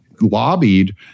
lobbied